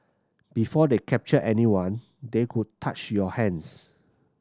before they captured anyone they would touch your hands